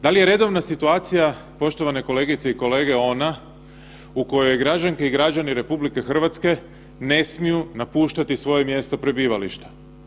Da li je redovna situacija poštovane kolegice i kolege ona u kojoj građanke i građani RH ne smiju napuštati svoje mjesto prebivališta?